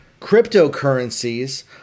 cryptocurrencies